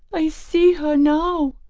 i see her now,